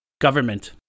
government